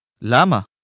Lama